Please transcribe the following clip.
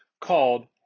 called